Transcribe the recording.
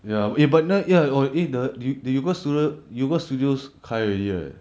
ya eh but 那 ya eh the u~ universe studios universe studios 开 already right